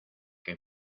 que